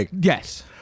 Yes